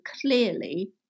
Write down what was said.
clearly